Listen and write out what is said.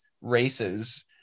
races